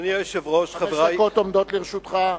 חמש דקות עומדות לרשותך.